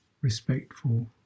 respectful